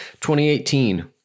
2018